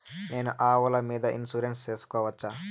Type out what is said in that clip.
నేను ఆవుల మీద ఇన్సూరెన్సు సేసుకోవచ్చా?